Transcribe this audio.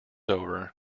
over